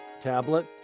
tablet